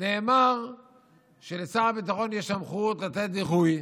נאמר שלשר הביטחון יש סמכות לתת דיחוי,